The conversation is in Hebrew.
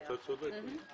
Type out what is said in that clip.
אתה צודק.